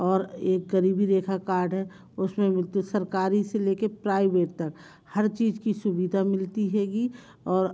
और एक गरीबी रेखा कार्ड है उसमें सरकारी से लेके प्राइवेट तक हर चीज़ की सुविधा मिलती हैगी और